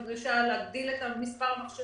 עם דרישה להגדיל את מספר המכשירים,